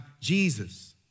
Jesus